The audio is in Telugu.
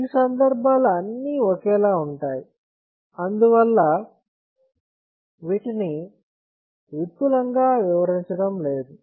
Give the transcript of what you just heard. ఈ సందర్భాలు అన్ని ఒకేలా ఉంటాయి అందువల్ల వీటిని విపులంగా వివరించడం లేదు